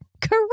Correct